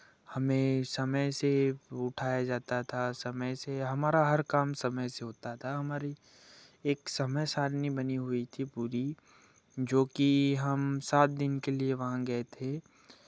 हमें समय से उठाया जाता था समय से हमारा हर काम समय से होता था हमारी एक समय सारणी बनी हुई थी पूरी जो कि हम सात दिन के लिए वहाँ गए थे